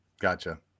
Gotcha